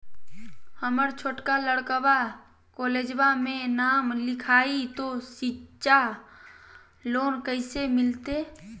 हमर छोटका लड़कवा कोलेजवा मे नाम लिखाई, तो सिच्छा लोन कैसे मिलते?